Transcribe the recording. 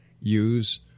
use